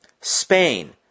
Spain